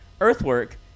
earthwork